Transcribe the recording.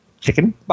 chicken